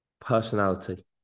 personality